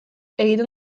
egiten